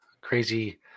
crazy